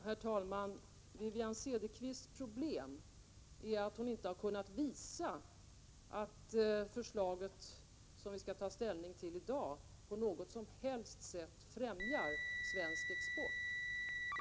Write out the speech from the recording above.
Herr talman! Wivi-Anne Cederqvists problem är att hon inte har kunnat visa att det förslag som vi skall ta ställning till i dag på något som helst sätt främjar svensk export.